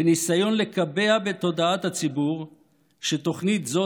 בניסיון לקבע בתודעת הציבור שתוכנית זו